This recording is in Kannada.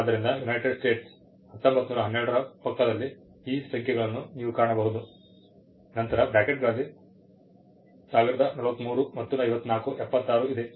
ಆದ್ದರಿಂದ ಯುನೈಟೆಡ್ ಸ್ಟೇಟ್ಸ್ 1912 ರ ಪಕ್ಕದಲ್ಲಿ ಈ ಸಂಖ್ಯೆಗಳನ್ನು ನೀವು ಕಾಣಬಹುದು ನಂತರ ಬ್ರಾಕೆಟ್ಗಳಲ್ಲಿ 1043 ಮತ್ತು 54 76 ಇದೆ